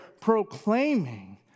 proclaiming